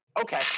Okay